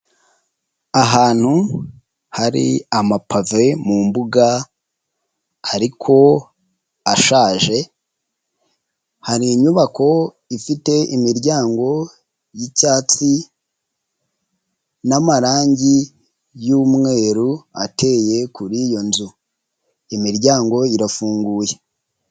Ahantu hari amapave mu mbuga ariko ashaje, hari inyubako ifite imiryango y'icyatsi n'amarangi y'umweru ateye kuri iyo nzu, imiryango irafunguye.